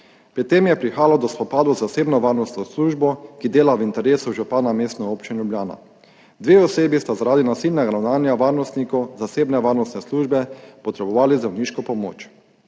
Pri tem je prihajalo do spopadov z zasebno varnostno službo, ki dela v interesu župana Mestne občine Ljubljana. Dve osebi sta zaradi nasilnega ravnanja varnostnikov zasebne varnostne službe potrebovali zdravniško pomoč.